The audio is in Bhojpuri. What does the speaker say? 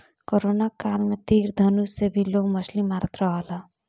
कोरोना काल में तीर धनुष से भी लोग मछली मारत रहल हा